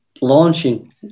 launching